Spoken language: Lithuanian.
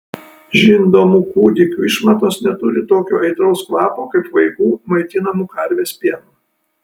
žindomų kūdikių išmatos neturi tokio aitraus kvapo kaip vaikų maitinamų karvės pienu